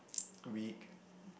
week